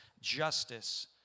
Justice